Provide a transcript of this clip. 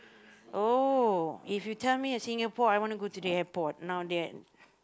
oh if you tell me Singapore I want to go to the airport now that